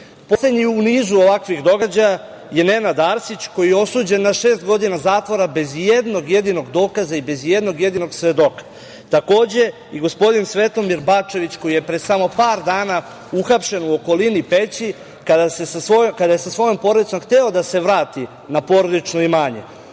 zatvora. Poslednji u nizu ovakvih događaja je Nenad Arsić koji je osuđen na šest godina zatvora bez ijednog jedinog dokaza i bez jednog jedinog svedoka. Takođe, i gospodin Svetomir Bačević, koji je pre samo par dana uhapšen u okolini Peći, kada je sa svojom porodicom hteo da se vrati na porodično imanje,